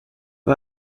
vad